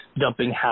dumping